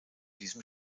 diesem